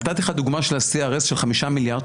נתתי לך דוגמא של ה-CRS של חמישה מיליארד,